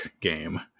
game